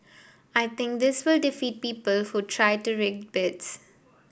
I think this will defeat people who try to rig bids